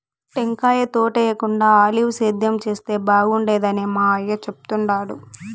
టెంకాయ తోటేయేకుండా ఆలివ్ సేద్యం చేస్తే బాగుండేదని మా అయ్య చెప్తుండాడు